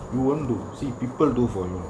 you won't do see people do for you